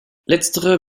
letztere